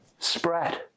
spread